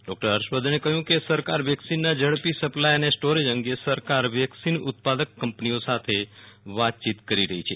doctor હર્ષવર્ધને કહયું કે સરકાર વેકસીનના ઝડપી સપ્લાય અને સ્ટોરેજ અંગે સરકાર વેકસીન ઉત્પાદક કંપનીઓ સાથે વાતચીત કરી રહી છે